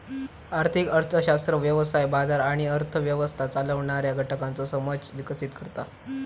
आर्थिक अर्थशास्त्र व्यवसाय, बाजार आणि अर्थ व्यवस्था चालवणाऱ्या घटकांचो समज विकसीत करता